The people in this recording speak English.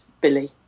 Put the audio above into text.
Billy